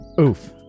Oof